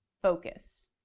focus.